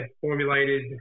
formulated